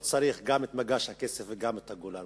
לא צריך גם את מגש הכסף וגם את הגולן,